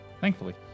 Thankfully